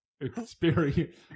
experience